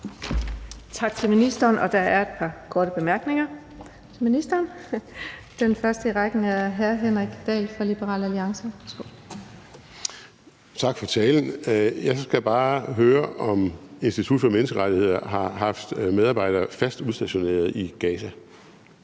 Tak for talen. Jeg skal bare høre, om Institut for Menneskerettigheder har haft medarbejdere fast udstationeret i Gaza.